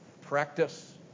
practice